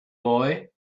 boy